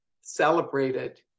celebrated